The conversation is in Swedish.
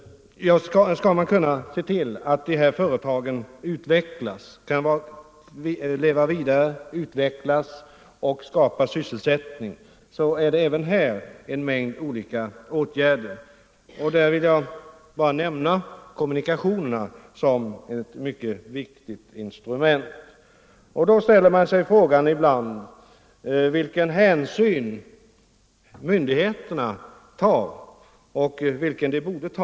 Skall man kunna se till att de här företagen lever vidare, utvecklas och skapar sysselsättning, fordras en mängd olika åtgärder. Jag vill bara nämna kommunikationerna som ett mycket viktigt Jag ställer mig ibland frågan vilken hänsyn myndigheterna tar och vilken hänsyn de borde ta.